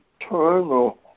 eternal